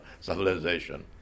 civilization